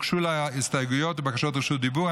הוגשו לה הסתייגויות ובקשות לרשות דיבור.